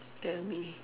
tell me